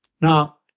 Now